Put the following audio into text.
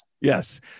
yes